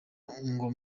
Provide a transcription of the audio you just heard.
nko